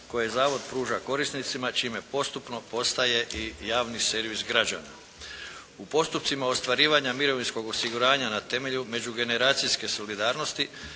koje zavod pruža korisnicima čime postupno postaje i javni servis građana. U postupcima ostvarivanja mirovinskog osiguranja na temelju međugeneracijske solidarnosti